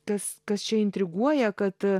kas kas čia intriguoja kad